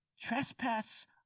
trespass